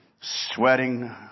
Sweating